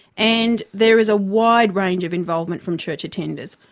and there is a wide range of involvement from church attenders.